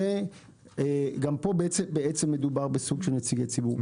גם פה מדובר בסוג של נציגי ציבור.